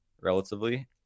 relatively